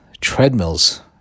Treadmills